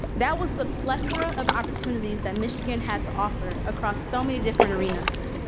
that was the plethora of opportunities that michigan had to offer across so many different arenas.